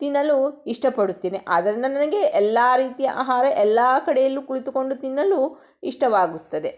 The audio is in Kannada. ತಿನ್ನಲು ಇಷ್ಟಪಡುತ್ತೇನೆ ಆದರೆ ನನಗೆ ಎಲ್ಲ ರೀತಿಯ ಆಹಾರ ಎಲ್ಲ ಕಡೆಯಲ್ಲೂ ಕುಳಿತುಕೊಂಡು ತಿನ್ನಲು ಇಷ್ಟವಾಗುತ್ತದೆ